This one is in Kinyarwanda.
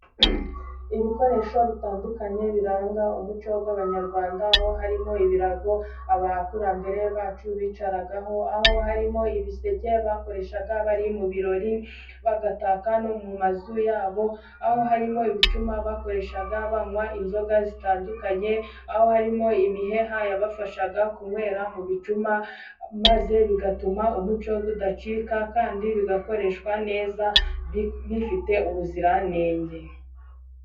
Ibikoresho bitandukanye biranga umuco w'abanyarwanda aho harimo ibirago abakurambere bacu bicaragaho, aho harimo ibiseke bakoreshaga bari mu birori bagataka no mu mazu yabo, aho harimo ibicuma bakoreshaga banywa inzoga zitandukanye, aho harimo imiheha yabafashaga kunywera mu bicuma maze bigatuma umuco udacika kandi bigakoreshwa neza bifite ubuziranenge.